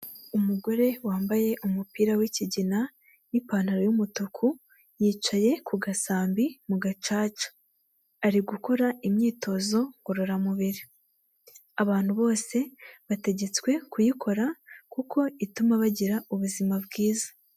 Umugore wambaye umupira w’ikigina n’ipantaro y’umutuku, yicaye ku gasambi mu gacaca, ari gukora imyitozo ngororamubiri. Abantu bose bategetswe kuyikora kuko ituma bagira ubuzima bwiza.